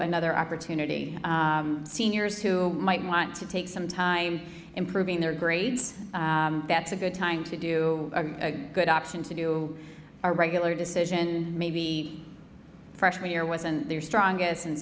another opportunity seniors who might want to take some time improving their grades that's a good time to do a good option to do a regular decision maybe freshman year wasn't their strongest and